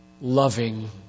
loving